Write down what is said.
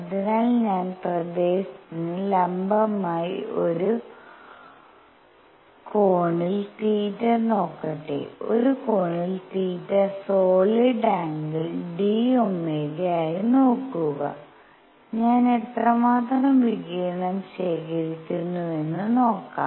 അതിനാൽ ഞാൻ പ്രദേശത്തിന് ലംബമായി ഒരു കോണിൽ θ നോക്കട്ടെ ഒരു കോണിൽ θ സോളിഡ് ആംഗിൾ d Ω ആയി നോക്കുക ഞാൻ എത്രമാത്രം വികിരണം ശേഖരിക്കുന്നുവെന്ന് നോക്കാം